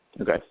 Okay